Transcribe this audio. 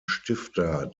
stifter